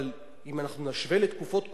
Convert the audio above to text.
אבל אם נשווה לתקופות קודמות,